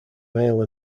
male